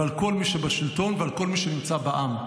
ועל כל מי שבשלטון ועל כל מי שנמצא בעם.